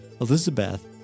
Elizabeth